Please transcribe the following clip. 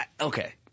okay